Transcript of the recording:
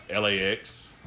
LAX